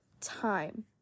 time